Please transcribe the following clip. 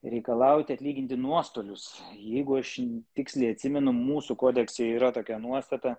reikalauti atlyginti nuostolius jeigu aš tiksliai atsimenu mūsų kodekse yra tokia nuostata